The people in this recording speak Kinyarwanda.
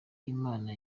imana